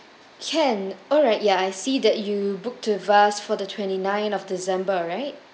can alright ya I see that you've booked with us for the twenty nine of december right